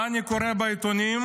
מה אני קורא בעיתונים?